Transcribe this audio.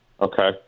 Okay